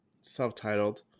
Self-titled